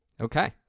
Okay